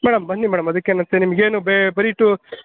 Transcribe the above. madam ಬನ್ನಿ madam ಅದಕ್ಕೇನಂತೆ ನಿಮಗೇನು